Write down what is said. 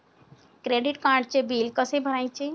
Credit कार्डचे bill कसे भरायचे?